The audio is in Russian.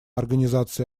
организация